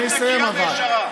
תן לי לסיים, אבל.